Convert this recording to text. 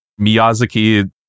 Miyazaki